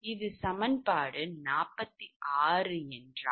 அது சமன்பாடு 46 ஆகும்